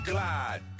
Glide